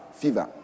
fever